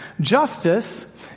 justice